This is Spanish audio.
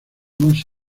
más